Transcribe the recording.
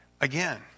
Again